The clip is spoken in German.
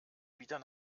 wieder